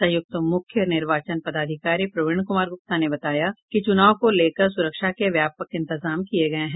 संयुक्त मुख्य निर्वाचन पदाधिकारी प्रवीण कुमार गुप्ता ने बताया कि चुनाव को लेकर सुरक्षा के व्यापक इंतजाम किये गये हैं